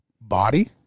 body